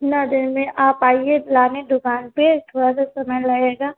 नाड़े में आप आइए पुराने दुकान पर थोड़ा सा समय लगेगा